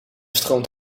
stroomt